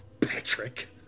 Patrick